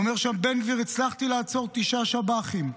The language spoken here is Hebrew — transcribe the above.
אומר שם בן גביר: הצלחתי לעצור תשעה שב"חים.